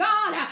God